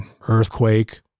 Earthquake